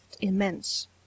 immense